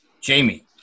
Jamie